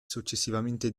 successivamente